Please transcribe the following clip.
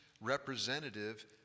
representative